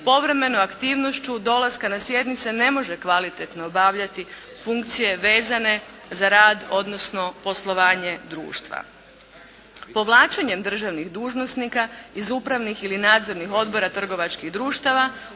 povremeno aktivnošću dolaska na sjednice ne može kvalitetno obavljati funkcije vezane za rad, odnosno poslovanje društva. Povlačenjem državnih dužnosnika iz upravnih ili nadzornih odbora trgovačkih društava,